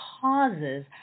causes